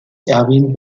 erwin